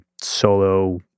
solo